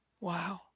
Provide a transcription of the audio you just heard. Wow